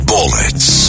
Bullets